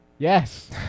Yes